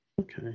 Okay